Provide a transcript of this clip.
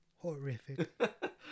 horrific